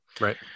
Right